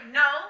no